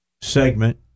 segment